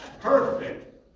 perfect